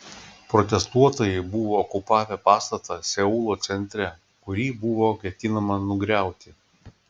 protestuotojai buvo okupavę pastatą seulo centre kurį buvo ketinama nugriauti